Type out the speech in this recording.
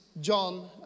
John